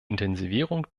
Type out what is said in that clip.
intensivierung